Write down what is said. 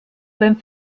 beim